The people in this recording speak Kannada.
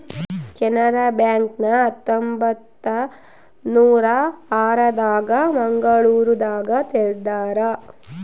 ಕೆನರಾ ಬ್ಯಾಂಕ್ ನ ಹತ್ತೊಂಬತ್ತನೂರ ಆರ ದಾಗ ಮಂಗಳೂರು ದಾಗ ತೆಗ್ದಾರ